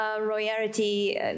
royalty